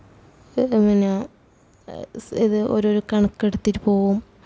മിന്ന സ ഇത് ഓരോരോ കണക്കെടുത്തിട്ട് പോകും